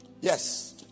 Yes